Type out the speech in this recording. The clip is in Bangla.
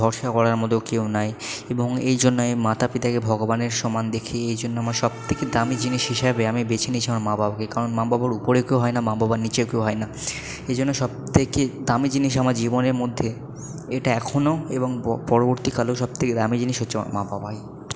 ভরসা করার মতো কেউ নাই এবং এই জন্য আমি মাতা পিতাকে ভগবানের সমান দেখি এই জন্য আমার সব থেকে দামি জিনিস হিসাবে আমি বেছে নিয়েছি আমার মা বাবাকে কারণ মা বাবার উপরে কেউ হয় না মা বাবার নিচেও কেউ হয় না এই জন্য সব থেকে দামি জিনিস আমার জীবনের মধ্যে এটা এখনও এবং পরবর্তীকালেও সব থেকে দামি জিনিস হচ্ছে আমার মা বাবাই